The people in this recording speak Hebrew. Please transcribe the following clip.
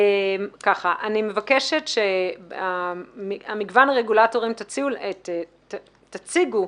אני מבקשת ממגוון הרגולטורים שתציגו